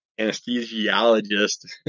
anesthesiologist